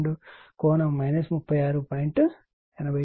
42 కోణం 36